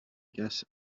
guess